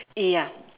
ya